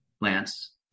Lance